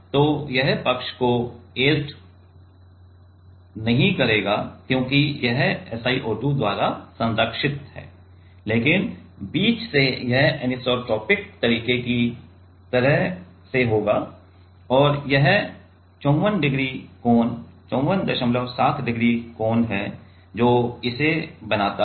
तो यह पक्ष को ऐचेड नहीं होगा क्योंकि यह SiO2 द्वारा संरक्षित है लेकिन बीच से यह अनिसोट्रोपिक तरीके की तरह से होगा और यह 54 डिग्री कोण 547 डिग्री कोण है जो इसे बनाता है